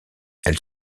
elle